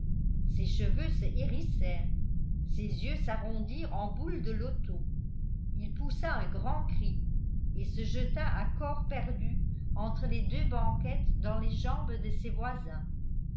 ses cheveux se hérissèrent ses yeux s'arrondirent en boules de loto il poussa un grand cri et se jeta à corps perdu entre les deux banquettes dans les jambes de ses voisins